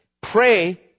Pray